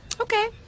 Okay